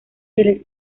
del